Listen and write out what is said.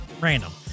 random